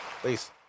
please